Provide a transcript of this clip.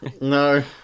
no